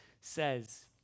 says